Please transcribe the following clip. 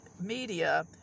media